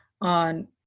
on